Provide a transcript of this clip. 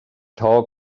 tall